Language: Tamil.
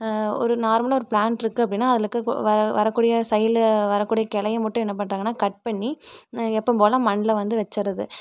ஒரு நார்மலாக ஒரு ப்ளாண்ட் இருக்குது அப்படின்னா அதிலருக்க இப்போ வர வரக்கூடிய சைட்ல வரக்கூடிய கிளைய மட்டும் என்ன பண்ணுறாங்கனா கட் பண்ணி எப்பவும்போல் மண்ல வந்து வச்சிடுறது